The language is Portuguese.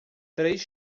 três